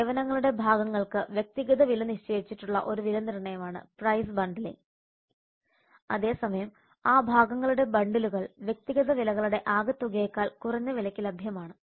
സേവനങ്ങളുടെ ഭാഗങ്ങൾക്ക് വ്യക്തിഗത വില നിശ്ചയിച്ചിട്ടുള്ള ഒരു വിലനിർണ്ണയമാണ് പ്രൈസ് ബണ്ടിലിംഗ് അതേസമയം ആ ഭാഗങ്ങളുടെ ബണ്ടിലുകൾ വ്യക്തിഗത വിലകളുടെ ആകെതുകയേക്കാൾ കുറഞ്ഞ വിലയ്ക്ക് ലഭ്യമാണ്